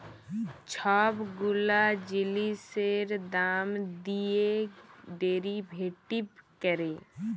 ছব গুলা জিলিসের দাম দিঁয়ে ডেরিভেটিভ ক্যরে